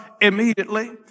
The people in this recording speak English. immediately